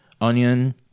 onion